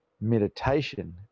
meditation